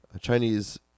chinese